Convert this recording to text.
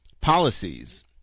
policies